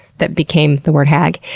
that became the word hag,